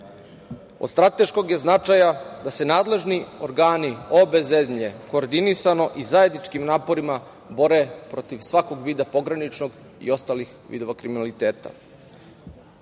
od strateškog je značaja da se nadležni organi obe zemlje koordinisano i zajedničkim naporima bore protiv svakog vida pograničnog i ostalih vidova kriminaliteta. Ono